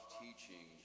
teaching